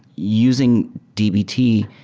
using dbt,